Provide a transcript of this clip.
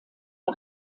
der